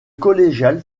collégiale